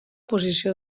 posició